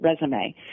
resume